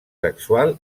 sexual